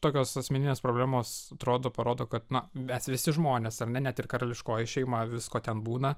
tokios asmeninės problemos atrodo parodo kad na mes visi žmonės ar ne net ir karališkoji šeima visko ten būna